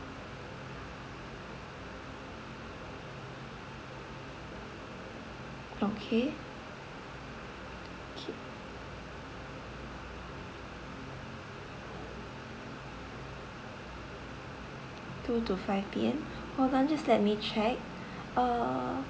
okay okay two to five P_M hold on just let me check uh